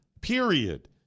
period